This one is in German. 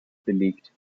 belegt